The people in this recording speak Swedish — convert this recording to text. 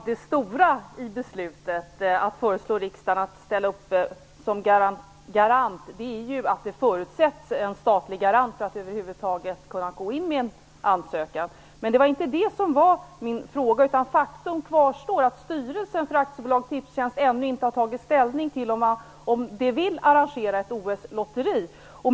Herr talman! Anledningen till förslaget att riksdagen skall besluta om en garanti är ju att det förutsätts en statlig garant för att man över huvud taget skall kunna gå in med en ansökan. Men det var inte detta som var min fråga. Faktum kvarstår att styrelsen för AB Tipstjänst ännu inte har tagit ställning till om man vill arrangera ett OS-lotteri.